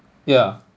yeah